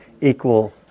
equal